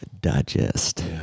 digest